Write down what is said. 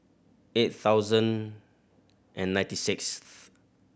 eight thousand and ninety sixth